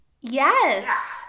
Yes